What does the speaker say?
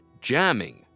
jamming